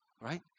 right